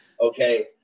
Okay